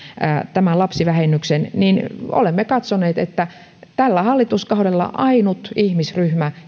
tämän lapsivähennyksen olemme katsoneet että tällä hallituskaudella ainut ihmisryhmä